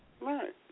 right